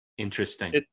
Interesting